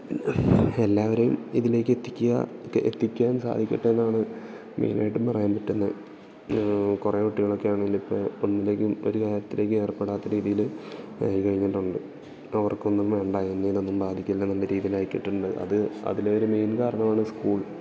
പിന്നെ എല്ലാവരെയും ഇതിലേക്ക് എത്തിക്കുക എത്തിക്കാൻ സാധിക്കട്ടെ എന്നാണ് മെയിനായിട്ടും പറയാൻ പറ്റുന്നത് കുറേ കുട്ടികളൊക്കെ ആണേങ്കിലിപ്പോള് ഒന്നിലേക്കും ഒരു കാര്യത്തിലേക്കും ഏർപ്പെടാത്ത രീതിയില് കഴിഞ്ഞിട്ടുണ്ട് അവർക്കൊന്നും വേണ്ട എന്നെ ഇതൊന്നും ബാധിക്കില്ല എന്ന രീതിയിൽ ആയിട്ടുണ്ട് അത് അതിലൊരു മെയിൻ കാരണമാണ് സ്കൂൾ